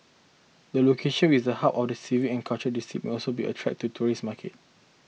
the location with the hub of the civic and cultural district may also be attract to tourist market